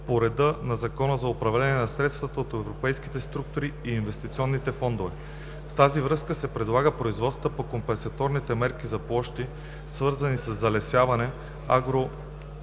по реда на Закона за управление на средствата от Европейските структурни и инвестиционни фондове (ЗУСЕСИФ). В тази връзка се предлага производствата по компенсаторните мерки на площ, свързани със залесяване,